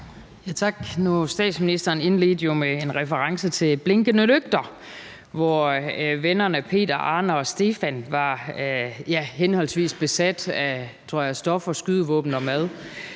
statsministeren jo med en reference til »Blinkende lygter«, hvor vennerne Peter, Arne og Stefan var henholdsvis